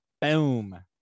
Boom